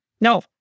No